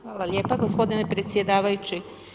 Hvala lijepa gospodine predsjedavajući.